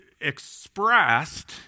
expressed